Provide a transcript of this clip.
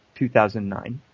2009